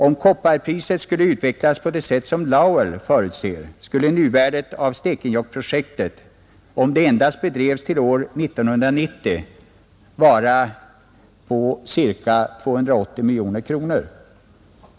Om kopparpriset skulle utvecklas på det sätt som Lowell förutser, skulle nuvärdet av Stekenjokkprojektet, om det endast bedrevs till år 1990, vara ca 280 miljoner kronor.